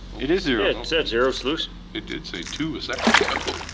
it is zero. it said zero sluice. it did say two a second ago.